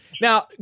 Now